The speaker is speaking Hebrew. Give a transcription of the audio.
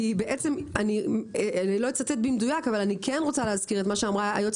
אני לא אצטט במדויק אבל אני כן רוצה להזכיר את מה שאמרה היועצת